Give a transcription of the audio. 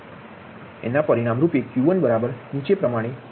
એના પરિણામ રૂપે Q1 બરાબર નીચે પ્રમાણે મલશે